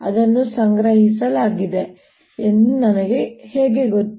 ಅದನ್ನು ಸಂಗ್ರಹಿಸಲಾಗಿದೆ ಎಂದು ನನಗೆ ಹೇಗೆ ಗೊತ್ತು